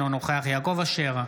אינו נוכח יעקב אשר,